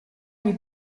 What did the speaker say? gli